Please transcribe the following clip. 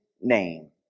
name